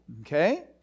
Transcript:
Okay